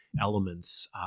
elements